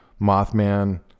Mothman